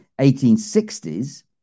1860s